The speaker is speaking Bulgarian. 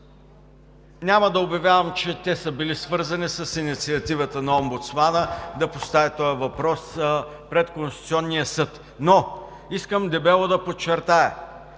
Няма да обявявам, че те са били свързани с инициативата на омбудсмана да постави този въпрос пред Конституционния съд. Искам дебело да подчертая,